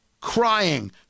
Crying